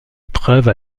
épreuve